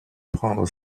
prendre